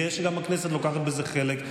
אני גאה שגם הכנסת לוקחת בזה חלק,